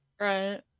Right